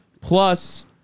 Plus